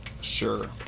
Sure